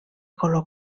color